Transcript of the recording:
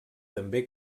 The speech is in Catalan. també